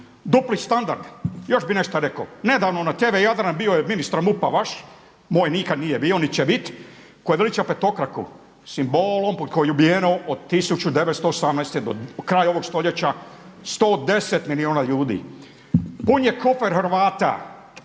Dupli standard, još bi nešto rekao, nedavno na TV Jadran bio je ministar MUP-a vaš moj nikad nije bio niti će biti, koji veliča petokraku simbol pod kojim je ubijeno od 1918. do kraja ovog stoljeća 110 milijuna ljudi. Pun je kofer Hrvata,